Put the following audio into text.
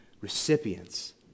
recipients